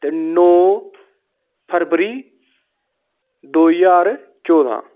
ते नो फरवरी दो ज्हार चोदहा